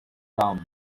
round